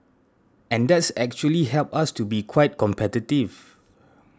and that's actually helped us to be quite competitive